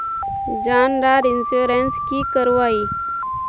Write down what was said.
जान डार इंश्योरेंस की करवा ई?